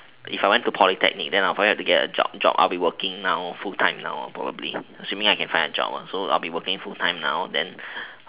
if I went to polytechnic I would probably have to get a job job I will be working now full time now probably assuming I can find a job lah so I would be working full time now then